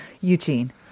Eugene